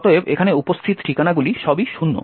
অতএব এখানে উপস্থিত ঠিকানাগুলি সবই শূন্য